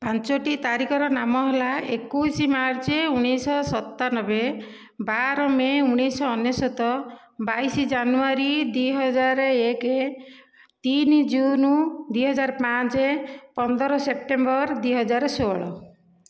ପାଞ୍ଚୋଟି ତାରିଖର ନାମ ହେଲା ଏକୋଇଶ ମାର୍ଚ୍ଚ ଉଣେଇଶହ ସତାନବେ ବାର ମେ' ଉଣେଇଶହ ଅନେଶ୍ଵତ ବାଇଶ ଜାନୁଆରୀ ଦୁଇ ହଜାର ଏକ ତିନି ଜୁନ୍ ଦୁଇ ହଜାର ପାଞ୍ଚ ପନ୍ଦର ସେପ୍ଟେମ୍ବର ଦୁଇ ହଜାର ଷୋହଳ